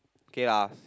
okay lah